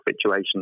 situation